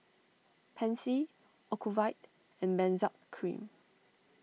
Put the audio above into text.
Pansy Ocuvite and Benzac Cream